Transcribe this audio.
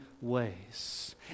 ways